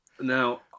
Now